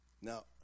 Now